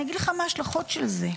אני אגיד לך מה ההשלכות של זה: